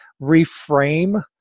reframe